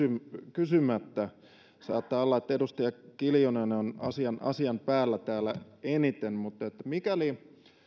kysymättä saattaa olla että edustaja kiljunen on asian asian päällä täällä eniten että mikäli